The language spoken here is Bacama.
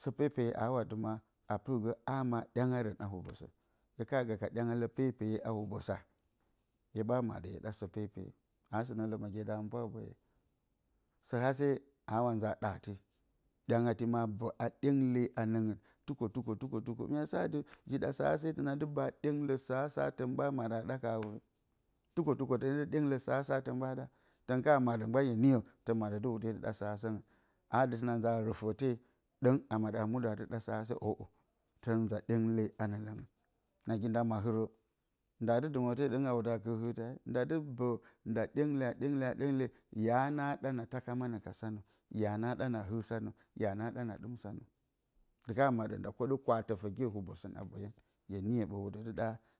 Sǝ pepeye aawa dɨma a pɨrgǝ a ma a ɗyangalǝngɨn a hubosǝn. Hye ka gǝ ka ɗyangalǝ pepeye a hubosa, hye ɓa maɗǝ hye ɗa sǝ pepeye. Aa sɨnǝ lǝmǝgye da hǝmɨpwa a boya. Sǝ-hase aawa nza a ɗa te, ɗyangati a bǝ ɗyengle a nǝngɨn. tukwo-tukwo. Mya sa atɨ, ji ɗa sǝ-hase, tǝna dɨ bǝ a ɗyenglǝ sǝ-hasa tǝn ɓa maɗǝ a ɗa ka hawure. tukwo-tukwo. tǝnǝ dɨ ɗyenglǝ sǝ-hasa tǝn ɓa ɗa. Tǝn ka maɗǝ mgban hye niyo tǝn maɗǝ dɨ wudǝ dɨ ɗa sǝ-hasǝngɨn. Aa dɨ tǝna nza rɨfǝ te ɗǝng a maɗǝ a muɗǝ a dɨ ɗa sǝ-hase. ǝ'ǝ, tǝn nza ɗyengle a nǝ lǝngɨn. Nagi nda mahɨrǝ, ndaa dɨ dɨmǝ te ɗǝng a wudǝ a kɨr hɨrtǝ. nda dɨ bǝ, nda ɗyengle. a ɗyengle, a ɗyengle, ya na ɗa na taka manǝ ka sanǝ? Ya na ɗa na hɨr sanǝ, ya na ɗa na hɨr sanǝ, ndi ka maɗǝ, nda koɗǝ kwa-tǝfǝgye hubosǝn boyǝn. Hye niyo ɓǝ wudǝ dɨ ɗa